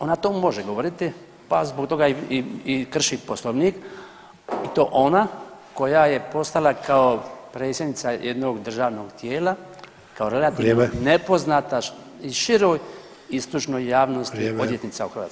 Ona o tome može govoriti pa zbog toga i krši Poslovnik i to ona koja je postala kao predsjednica jednog državnog tijela, kao relativno [[Upadica Sanader: Vrijeme.]] nepoznata i široj i stručnoj javnosti, odvjetnica u Hrvatskoj.